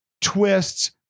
twists